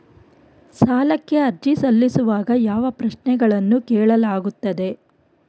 ಸಾಲಕ್ಕೆ ಅರ್ಜಿ ಸಲ್ಲಿಸುವಾಗ ಯಾವ ಪ್ರಶ್ನೆಗಳನ್ನು ಕೇಳಲಾಗುತ್ತದೆ?